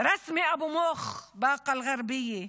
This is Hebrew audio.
רסמי אבו מוך מבאקה אל-גרבייה,